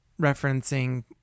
referencing